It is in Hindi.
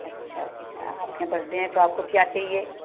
अच्छा अच्छा आपके यहाँ बरडे है तो आपको क्या चाहिए